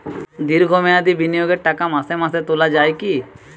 দীর্ঘ মেয়াদি বিনিয়োগের টাকা মাসে মাসে তোলা যায় কি?